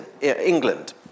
England